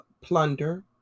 plunder